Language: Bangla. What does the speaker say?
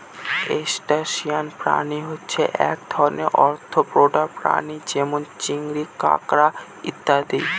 ত্রুসটাসিয়ান প্রাণী হচ্ছে এক ধরনের আর্থ্রোপোডা প্রাণী যেমন চিংড়ি, কাঁকড়া ইত্যাদি